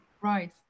Right